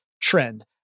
trend